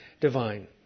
divine